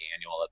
annual